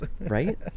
right